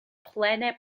plene